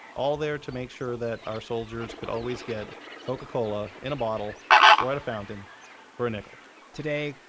all there to make sure that our soldiers could always get coca-cola in a bottle or at a fountain for a nickel today,